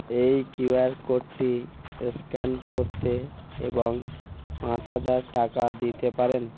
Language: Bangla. এই কিউআর কোডটি স্ক্যান করতে এবং পাঁচ হাজার টাকা দিতে পারেন